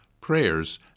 prayers